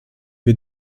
wir